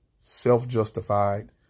self-justified